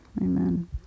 Amen